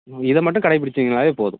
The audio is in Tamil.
ம் இதை மட்டும் கடைபிடிச்சீங்கன்னாலே போதும்